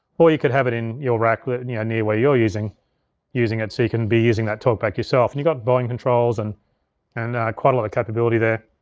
or you could have it in your rack and yeah near where you're using using it so you can be using that talkback yourself. and you got volume controls, and and quite a lot of capability there.